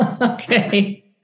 Okay